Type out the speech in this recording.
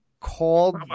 called